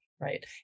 right